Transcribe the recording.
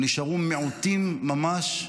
ונשארו מעטים ממש,